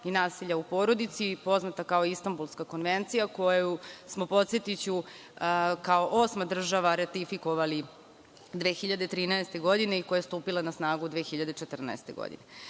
i nasilja u porodici, poznata kao Istanbulska konvencija koju smo, podsetiću, kao osma država ratifikovali 2013. godine i koja je stupila na snagu 2014. godine. Kada